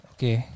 Okay